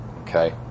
Okay